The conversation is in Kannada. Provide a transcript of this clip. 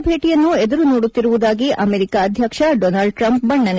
ಭಾರತ ಭೇಟಿಯನ್ನು ಎದುರು ನೋಡುತ್ತಿರುವುದಾಗಿ ಅಮೆರಿಕ ಅಧ್ಯಕ್ಷ ಡೊನಾಲ್ಡ್ ಟ್ರಂಪ್ ಬಣ್ಣನೆ